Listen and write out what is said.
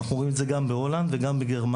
אנחנו רואים את זה גם בהולנד וגם בגרמניה.